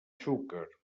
xúquer